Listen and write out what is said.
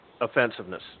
offensiveness